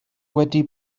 wedi